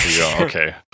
Okay